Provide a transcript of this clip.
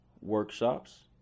workshops